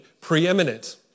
preeminent